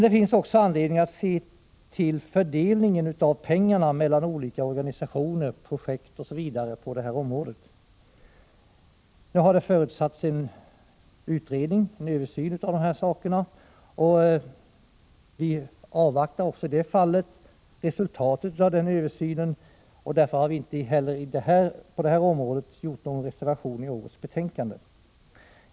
Det finns också anledning att se till fördelningen av pengarna mellan olika organisationer, projekt osv. på detta område. Det har förutsatts en översyn av dessa saker, och vi avvaktar resultatet av den. Därför har vi inte heller på denna punkt någon reservation i detta betänkande.